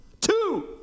Two